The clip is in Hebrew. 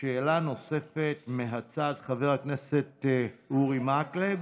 שאלה נוספת מהצד, חבר הכנסת אורי מקלב.